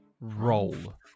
Roll